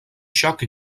chaque